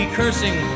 cursing